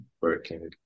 working